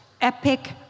epic